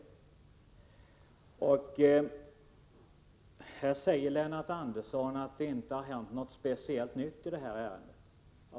Lennart Andersson säger att det inte har hänt något nytt i ärendet.